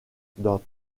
dans